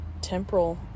temporal